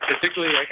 particularly